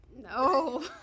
No